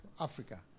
Africa